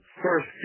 first